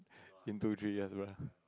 in two three years bruh